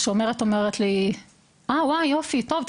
השומרת אומרת לי "יופי טוב,